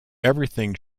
everything